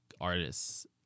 artists